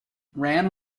rand